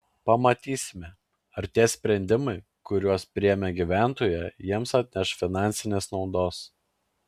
pamatysime ar tie sprendimai kuriuos priėmė gyventojai jiems atneš finansinės naudos